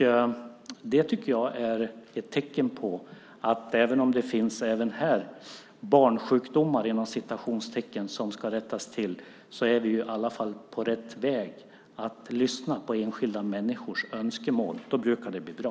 Det tycker jag är ett tecken på att även om det även här finns så att säga barnsjukdomar som ska rättas till, är vi i alla fall på rätt väg för att lyssna på enskilda människors önskemål. Då brukar det bli bra.